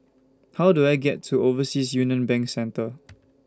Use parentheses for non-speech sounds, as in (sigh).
How Do I get to Overseas Union Bank Centre (noise)